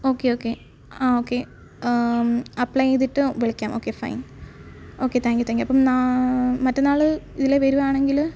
okay okay ആ okay apply ചെയ്തിട്ട് വിളിക്കാം okay fine okay thank you thank you അപ്പോം നാ മറ്റന്നാൾ ഇതിലെ വരുവാണെങ്കിൽ